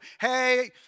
hey